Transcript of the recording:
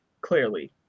clearly